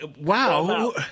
Wow